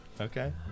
Okay